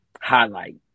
highlight